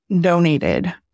donated